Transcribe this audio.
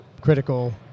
critical